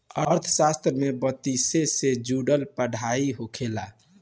अर्थशास्त्र में वित्तसे से जुड़ल पढ़ाई होखेला